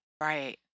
Right